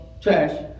trash